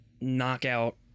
knockout